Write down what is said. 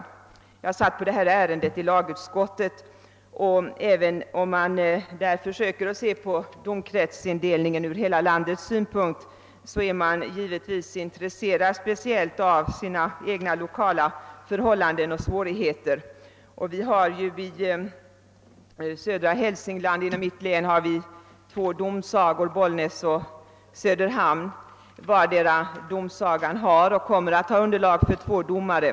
Jag deltog i behandlingen av detta ärende inom första lagutskottet, och även om man där försöker se domkretsindelningen från hela landets synpunkt är man som enskild ledamot särskilt intresserad av förhållandena och svårigheterna i sitt eget län. Vi har i södra Hälsingland två domsagor, en i Bollnäs och en i Söderhamn, och vardera domsagan har och kommer att ha underlag för två domare.